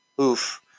oof